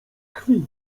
krwi